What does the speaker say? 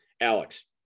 Alex